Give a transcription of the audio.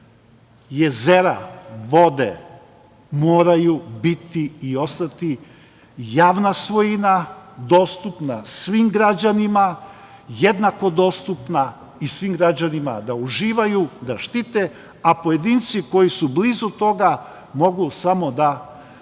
plivam. Jezera, vode, moraju biti i ostati javna svojina, dostupna svim građanima, jednako dostupna i svim građanima da uživaju, da štite, a pojedinci koji su blizu toga mogu samo da